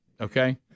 okay